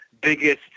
biggest